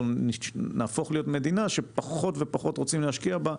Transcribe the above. אנחנו נהפוך להיות מדינה שפחות ופחות רוצים להשקיע בה.